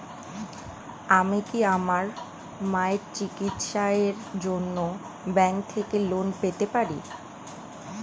আমি কি আমার মায়ের চিকিত্সায়ের জন্য ব্যঙ্ক থেকে লোন পেতে পারি?